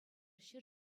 ҫӗр